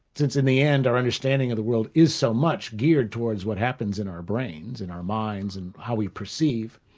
since in the end our understanding of the world is so much geared towards what happens in our brains, in our minds, and how we perceive,